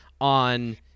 on